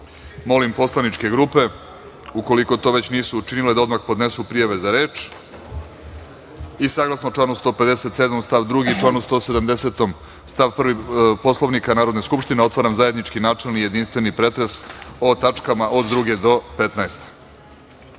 poslaničke grupe, u koliko to već nisu učinile, da odmah podnesu prijave za reč. Saglasno članu 157. stav 2. i članu 170. stav 1. Poslovnika Narodne skupštine otvaram zajednički načelni jedinstveni pretres o tačkama od druge do 15.